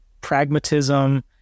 pragmatism